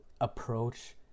approach